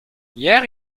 hier